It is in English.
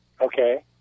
Okay